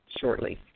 shortly